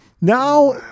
now